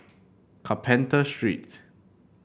Carpenter Street